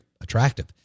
attractive